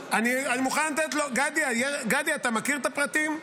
אני מוכן לתת לו, גדי, אתה מכיר את הפרטים?